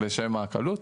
לשם הקלות.